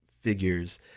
figures